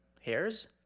Hairs